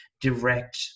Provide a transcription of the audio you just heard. direct